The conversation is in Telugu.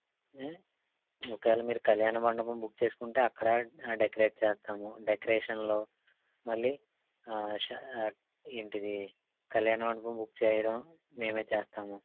ఒకవేళ మీరు కల్యాణ మండపం బుక్ చేసుకుంటే అక్కడా డెకరేట్ చేస్తాము డెకరేషన్లు మళ్ళీ ఏంటిది కల్యాణ మండపం బుక్ చెయ్యడం మేమే చేస్తాము